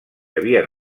havien